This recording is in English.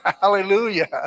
hallelujah